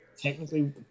Technically